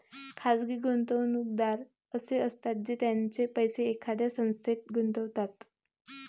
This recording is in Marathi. खाजगी गुंतवणूकदार असे असतात जे त्यांचे पैसे एखाद्या संस्थेत गुंतवतात